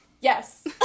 Yes